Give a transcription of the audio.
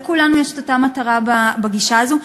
לכולנו יש אותה מטרה בגישה הזאת.